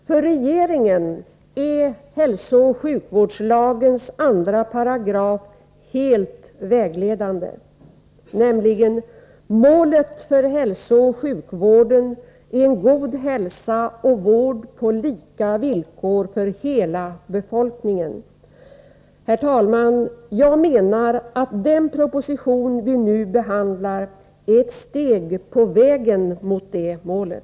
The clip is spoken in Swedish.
För regeringen är hälsooch sjukvårdens 2§ helt vägledande: målet för hälsooch sjukvården är en god hälsa och vård på lika villkor för hela befolkningen. Herr talman! Jag menar att den proposition som vi nu behandlar är ett steg på vägen mot det målet.